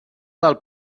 del